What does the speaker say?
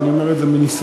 ואני אומר את זה מניסיון,